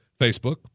Facebook